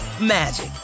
magic